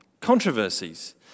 controversies